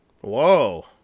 whoa